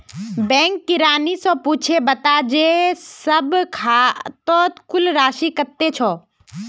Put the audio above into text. bank किरानी स पूछे बता जे सब खातौत कुल राशि कत्ते छ